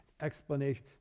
explanation